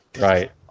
Right